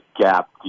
gap